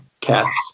Cats